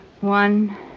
One